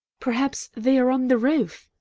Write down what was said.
perhaps they are on the roof,